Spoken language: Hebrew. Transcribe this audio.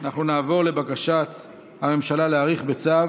אנחנו נעבור לבקשת הממשלה להאריך בצו